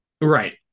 Right